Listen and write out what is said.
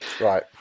right